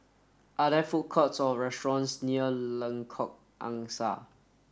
are there food courts or restaurants near Lengkok Angsa